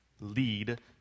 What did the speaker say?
lead